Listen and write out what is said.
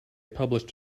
published